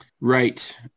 right